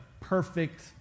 perfect